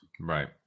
right